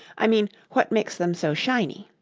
i mean, what makes them so shiny